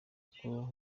uko